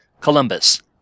Columbus